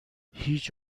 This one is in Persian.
هیچ